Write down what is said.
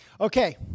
Okay